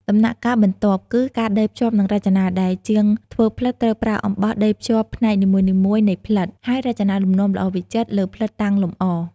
ដំណាក់កាលបន្ទាប់គឺ ការដេរភ្ជាប់និងរចនា ដែលជាងធ្វើផ្លិតត្រូវប្រើអំបោះដេរភ្ជាប់ផ្នែកនីមួយៗនៃផ្លិត ហើយរចនាលំនាំល្អវិចិត្រលើផ្លិតតាំងលម្អ។